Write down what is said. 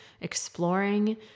exploring